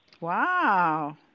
Wow